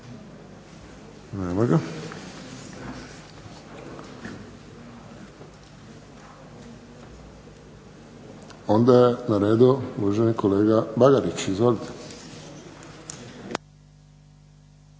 Nema ga. Onda je na redu uvaženi kolega Bagarić. Izvolite.